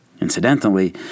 Incidentally